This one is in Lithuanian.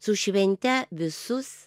su švente visus